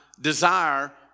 desire